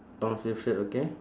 long sleeve shirt okay